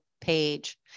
page